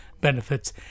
benefits